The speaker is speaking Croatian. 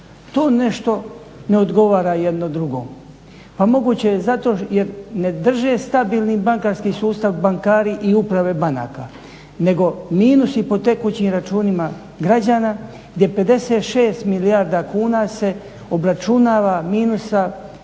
To nešto ne odgovara jedno drugome. Pa moguće je zato jer ne drže stabilnim bankarski sustav bankari i uprave banaka nego minusi po tekućim računima građana gdje 56 milijarda kuna se obračunava minusa